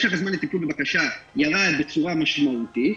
משך הזמן לטיפול בבקשה ירד בצורה משמעותית.